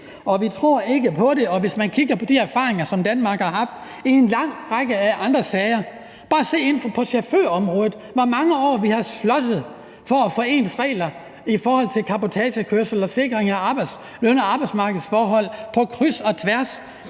vi tror ikke på det. Danmark har gjort sig nogle erfaringer i en lang række andre sager, og man kan bare se på chaufførområdet, hvor vi i mange år har slåsset for at få ens regler i forhold til cabotagekørsel og sikring af løn- og arbejdsmarkedsforhold på kryds og tværs,